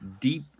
deep